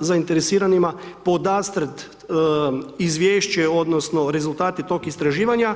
zainteresiranima podastrt izvješće odnosno rezultate tog istraživanja.